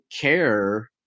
care